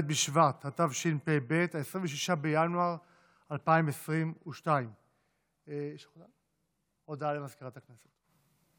26 בינואר 2022. הודעה למזכירת הכנסת.